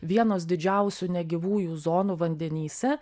vienos didžiausių negyvųjų zonų vandenyse